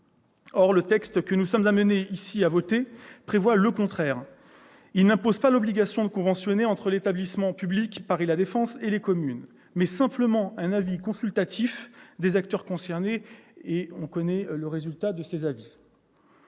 Or le texte que nous sommes appelés à voter prévoit le contraire. Il n'impose pas d'obligation de conventionner entre l'établissement public Paris La Défense et les communes, mais prévoit simplement un avis consultatif des acteurs concernés, et on connaît le sort de ces avis